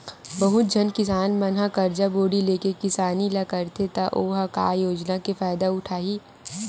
बहुत झन किसान मन ह करजा बोड़ी लेके किसानी ल करथे त ओ ह का योजना के फायदा उठाही